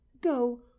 go